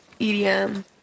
EDM